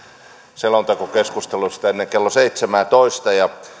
selontekokeskustelusta ennen kello seitsemäätoista